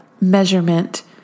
measurement